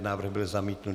Návrh byl zamítnut.